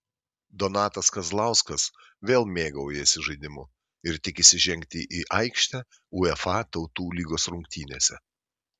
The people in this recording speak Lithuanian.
donatas kazlauskas vėl mėgaujasi žaidimu ir tikisi žengti į aikštę uefa tautų lygos rungtynėse